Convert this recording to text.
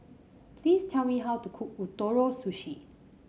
please tell me how to cook Ootoro Sushi